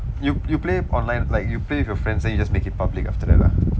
you you play it online like you play with your friends then you just make it public after that lah